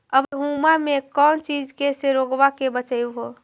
अबर गेहुमा मे कौन चीज के से रोग्बा के बचयभो?